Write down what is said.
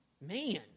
man